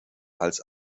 als